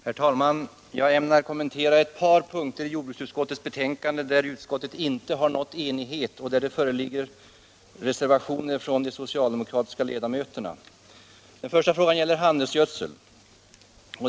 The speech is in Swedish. Herr talman! Jag ämnar kommentera ett par punkter i jordbruksutskottets betänkande, där utskottet inte nått enighet och där det föreligger reservationer från de socialdemokratiska ledamöterna. Den första frågan gäller handelsgödsel.